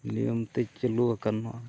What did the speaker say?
ᱱᱤᱭᱚᱢ ᱛᱮ ᱪᱟᱹᱞᱩ ᱟᱠᱟᱱᱟ